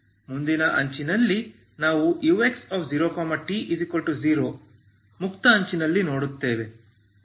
ಮುಂದಿನ ಅಂಚಿನಲ್ಲಿ ನಾವು ux0t0 ಮುಕ್ತ ಅಂಚಿನಲ್ಲಿ ನೋಡುತ್ತೇವೆ